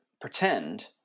pretend